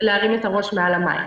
להרים את הראש מעל המים.